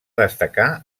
destacar